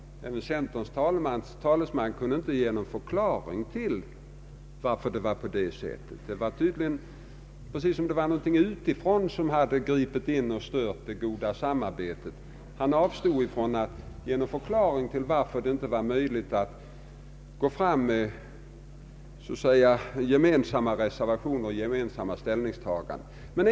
Centerpartiets talesman kunde inte ge någon förklaring till det förhållandet. Det var pre Ang. anslag till bostadsbyggande m.m. cis som om någonting utifrån hade gripit in och stört det goda samarbetet. Han avstod från att ge en förklaring till att det inte hade varit möjligt att gå fram med gemensamma reservationer och ställningstaganden.